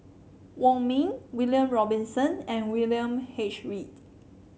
Wong Ming William Robinson and William H Read